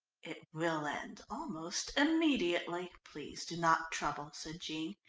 it will end almost immediately. please do not trouble, said jean,